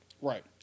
right